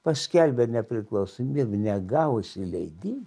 paskelbė nepriklausomybę negavusi leidi